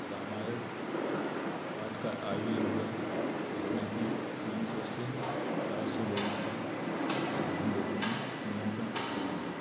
रामायण पाठ का आयोजन हुआ जिसमें कि तीन सौ से चार सौ लोगों का हम लोगों ने निमंत्रण पत्र भेजा था